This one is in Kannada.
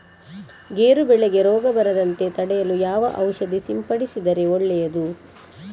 ಗೇರು ಬೆಳೆಗೆ ರೋಗ ಬರದಂತೆ ತಡೆಯಲು ಯಾವ ಔಷಧಿ ಸಿಂಪಡಿಸಿದರೆ ಒಳ್ಳೆಯದು?